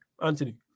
Anthony